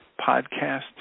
podcast